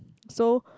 so